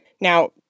Now